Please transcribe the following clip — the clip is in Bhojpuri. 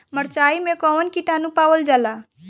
मारचाई मे कौन किटानु पावल जाला?